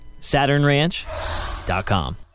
SaturnRanch.com